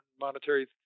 monetary